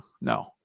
No